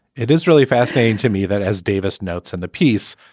it is really fascinating to me that, as davis notes in the piece,